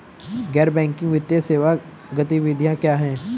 गैर बैंकिंग वित्तीय सेवा गतिविधियाँ क्या हैं?